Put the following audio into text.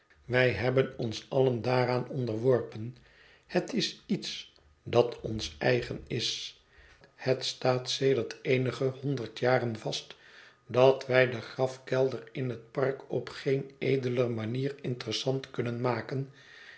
wij hebben ons allen daaraan onderworpen het is iets dat ons eigen is het staat sedert eenige honderd jaren vast dat wij den grafkelder in het park op geen edeler manier interessant kunnen maken